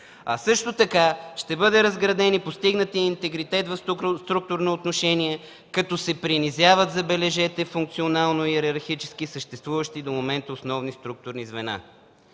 а също така ще бъде разграден и постигнатият интегритет в структурно отношение, като се принизяват, забележете, функционално йерархически, съществуващи до момента, основни структурни звена.